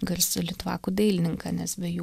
garsų litvakų dailininką nes be jų